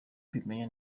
mbimenya